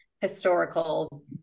historical